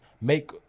make